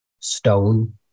stone